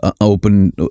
open